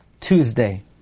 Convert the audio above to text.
Tuesday